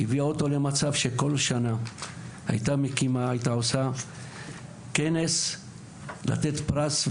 בכל שנה היא הייתה עושה כנס כדי לתת פרס,